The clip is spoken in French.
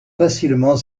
facilement